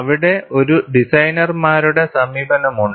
അവിടെ ഒരു ഡിസൈനർമാരുടെ സമീപനമുണ്ട്